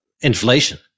inflation